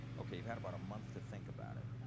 ok, you've had about a month to think about it.